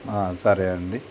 సరే అండి